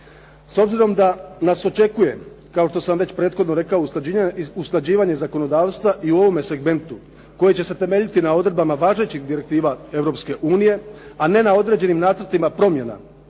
S obzirom da nas očekuje, kao što sam već prethodno rekao, usklađivanje zakonodavstva i u ovome segmentu koji će se temeljiti na odredbama važećih direktiva Europske unije, a ne na određenim nacrtima promjena